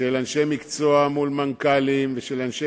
של אנשי מקצוע מול מנכ"לים ושל אנשי